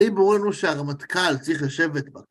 די ברור לנו שהרמטכ״ל צריך לשבת ב..